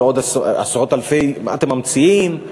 אתם ממציאים.